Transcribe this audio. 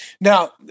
Now